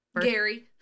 Gary